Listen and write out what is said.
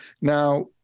Now